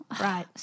Right